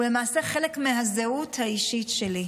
הוא למעשה חלק מהזהות האישית שלי.